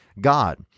God